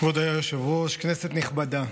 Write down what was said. כבוד היושב-ראש, כנסת נכבדה,